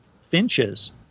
finches